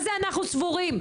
מה זה אנחנו סבורים?